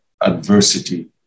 adversity